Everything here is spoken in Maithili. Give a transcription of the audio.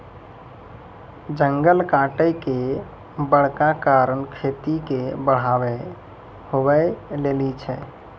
जंगल कटाय के बड़का कारण खेती के बढ़ाबै हुवै लेली छै